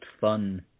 fun